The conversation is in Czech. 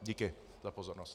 Díky za pozornost.